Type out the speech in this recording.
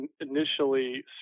initially